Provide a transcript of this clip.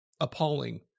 appalling